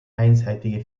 einseitige